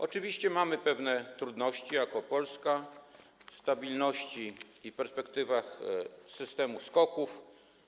Oczywiście mamy pewne trudności jako Polska w stabilności i perspektywach systemu SKOK-ów,